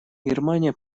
германия